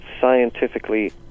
scientifically